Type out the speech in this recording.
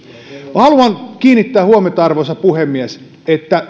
haluan kiinnittää huomiota arvoisa puhemies siihen että